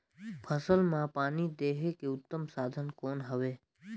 फसल मां पानी देहे के उत्तम साधन कौन हवे?